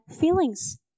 feelings